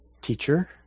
teacher